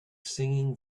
singing